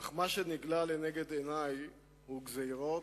אך מה שנגלה לנגד עיני הוא גזירות,